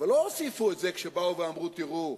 ולא הוסיפו את זה כשבאו ואמרו: תראו,